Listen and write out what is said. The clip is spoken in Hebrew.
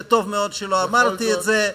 וטוב מאוד שלא אמרתי את זה,